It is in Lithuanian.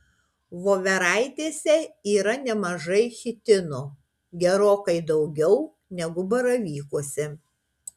voveraitėse yra nemažai chitino gerokai daugiau negu baravykuose